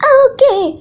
okay